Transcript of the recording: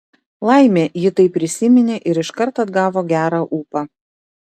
laimė ji tai prisiminė ir iškart atgavo gerą ūpą